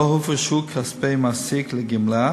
ולא הופרשו כספי מעסיק לגמלה,